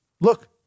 Look